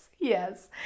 yes